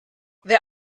wer